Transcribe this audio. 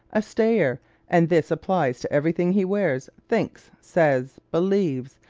a stayer and this applies to everything he wears, thinks, says, believes,